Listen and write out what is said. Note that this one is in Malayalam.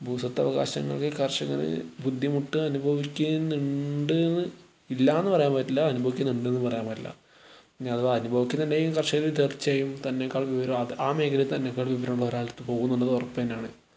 ഭൂസ്വത്തവകാശങ്ങളിൽ കർഷകര് ബുദ്ധിമുട്ട് അനുഭവിക്കുണ്ടെന്ന് ഇല്ല എന്ന് പറയാൻ പറ്റില്ല അനുഭവിക്കുന്നുണ്ടെന്ന് പറയാൻ പറ്റില്ല ഇനി അഥവാ അനുഭവിക്കുന്നുണ്ടെങ്കിൽ കർഷകർ തീർച്ചയായും തന്നെക്കാൾ വിവരം ആ മേഖലയിൽ തന്നെ വിവരമുള്ളടുത്ത് പോകുമെന്നുള്ളത് ഉറപ്പുതന്നെയാണ്